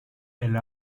elle